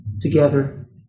together